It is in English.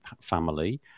family